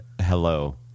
Hello